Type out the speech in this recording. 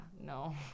no